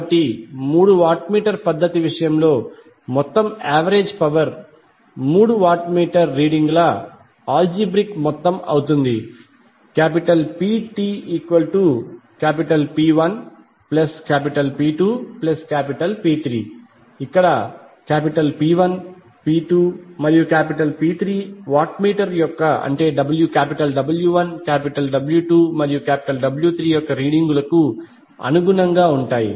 కాబట్టి మూడు watt meter పద్ధతి విషయంలో మొత్తం యావరేజ్ పవర్ మూడు వాట్ మీటర్ రీడింగుల ఆల్జీబ్రిక్ మొత్తం అవుతుంది PTP1P2P3 ఇక్కడ P1 P2 మరియు P3 watt meter W1 W2 మరియు W3 యొక్క రీడింగులకు అనుగుణంగా ఉంటాయి